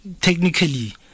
technically